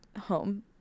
home